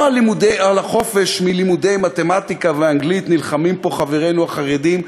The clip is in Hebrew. לא על החופש מלימודי מתמטיקה ואנגלית נלחמים פה חברינו החרדים.